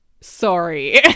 sorry